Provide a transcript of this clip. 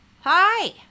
Hi